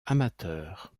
amateur